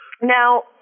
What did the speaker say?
Now